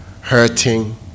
hurting